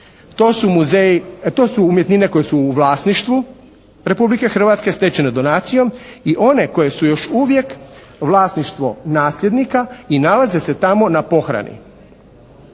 To su umjetnine koje su u vlasništvu Republike Hrvatske stečene donacijom i one koje su još uvijek vlasništvo nasljednika i nalaze se tamo na pohrani.